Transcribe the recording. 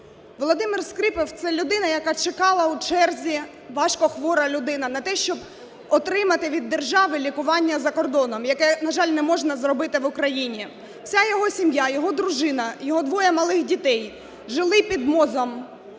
Володимир Скрипов – це людина, яка чекала в черзі, важкохвора людина, на те, щоб отримати від держави лікування за кордоном, яке, на жаль, не можна зробити в Україні, вся його сім'я: його дружина, його двоє малих дітей - жили під МОЗом,